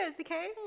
okay